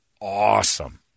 awesome